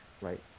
right